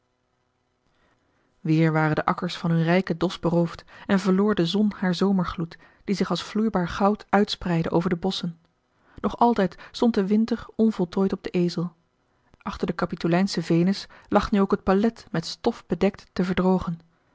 weer waren de akkers van hun rijken dos beroofd en verloor de zon haar zomergloed die zich als vloeibaar goud uitspreidde over de bosschen nog altijd stond de winter onvoltooid op den ezel achter de capitolijnsche venus lag nu ook het palet met stof bedekt te verdrogen